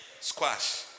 squash